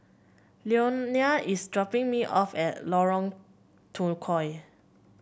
Leonia is dropping me off at Lorong Tukol